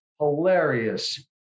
Hilarious